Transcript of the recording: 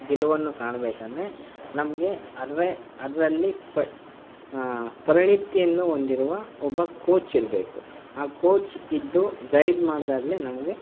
ಗೆಲುವನ್ನು ಕಾಣ್ಬೇಕೆಂದ್ರೆ ನಮಗೆ ಅಂದರೆ ಅದರಲ್ಲಿ ಪರಿಣಿತಿಯನ್ನು ಹೊಂದಿರುವ ಒಬ್ಬ ಕೋಚಿರಬೇಕು ಆ ಕೋಚ್ ಇದ್ದು ಗೈಡ್ ಮಾಡಿದಾಗ್ಲೇ ನಮಗೆ